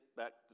back